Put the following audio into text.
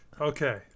Okay